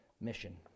mission